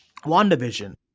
WandaVision